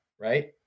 right